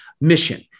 mission